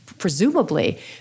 presumably